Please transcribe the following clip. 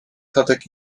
tadek